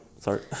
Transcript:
sorry